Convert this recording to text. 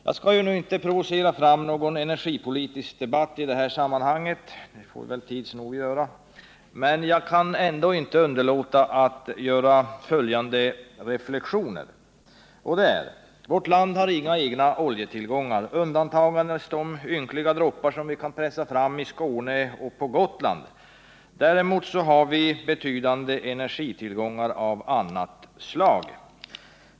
Jag skall inte provocera fram någon energipolitisk debatt i detta sammanhang — den får vi tids nog — men jag kan ändock inte underlåta att göra följande reflexioner. Vårt land har inga egna oljetillgångar, undantagandes de ynkliga droppar som vi möjligen kan pressa fram i Skåne och på Gotland. Däremot har vårt land betydande energitillgångar av annat slag.